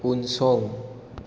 उनसं